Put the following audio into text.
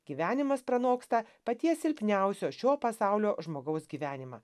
gyvenimas pranoksta paties silpniausio šio pasaulio žmogaus gyvenimą